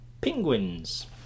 Penguins